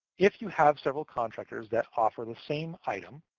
if you have several contractors that offer the same item,